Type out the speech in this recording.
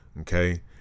Okay